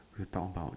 we'll talk about